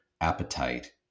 appetite